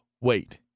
wait